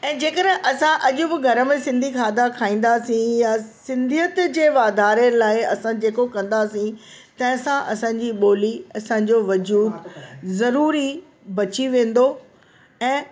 ऐं जंहिं करे असां अॼु बि घर में सिंधी खाधा खाईंदासीं या सिंधियत जे वधारे लाइ असां जेको कंदासीं त असां असांजी ॿोली असांजो वजूद ज़रूर ई बची वेंदो ऐं